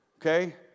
Okay